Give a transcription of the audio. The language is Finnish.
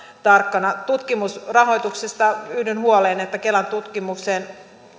tarkkana tutkimusrahoituksesta yhdyn huoleen siitä että kelan tutkimuksen